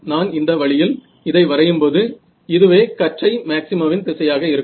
நான் இந்த வழியில் இதை வரையும்போது இதுவே கற்றை மேக்ஸிமாவின் திசையாக இருக்கும்